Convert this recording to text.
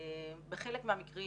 בחלק מהמקרים